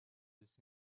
this